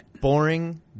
boring